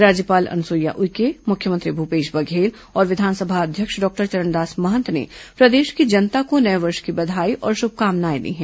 राज्यपाल अनुसुईया उइके मुख्यमंत्री भूपेश बघेल और विधानसभा अध्यक्ष डॉक्टर चरणदास महंत ने प्रदेश की जनता को नये वर्ष की बधाई और शुभकामनाएं दी हैं